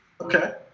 Okay